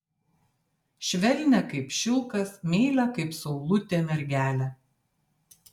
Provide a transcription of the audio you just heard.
švelnią kaip šilkas meilią kaip saulutė mergelę